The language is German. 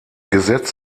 gesetz